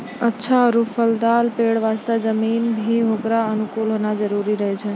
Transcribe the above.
अच्छा आरो फलदाल पेड़ वास्तॅ जमीन भी होकरो अनुकूल होना जरूरी रहै छै